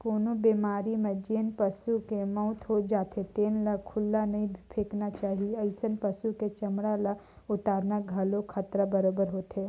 कोनो बेमारी म जेन पसू के मउत हो जाथे तेन ल खुल्ला नइ फेकना चाही, अइसन पसु के चमड़ा ल उतारना घलो खतरा बरोबेर होथे